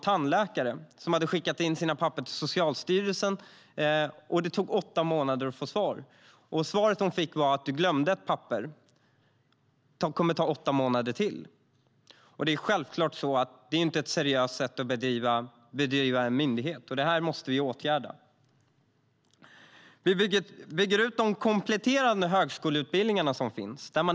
Hon hade skickat in sina papper till Socialstyrelsen, och det tog åtta månader att få svar. Svaret hon fick var att hon glömt ett papper och att det skulle ta åtta månader till. Det är självklart inte ett seriöst sätt att sköta en myndighet. Det här måste vi åtgärda. Vi bygger ut de kompletterande högskoleutbildningar som finns.